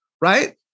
right